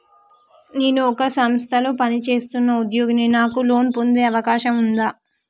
నేను ఒక సంస్థలో పనిచేస్తున్న ఉద్యోగిని నాకు లోను పొందే అవకాశం ఉందా?